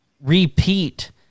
repeat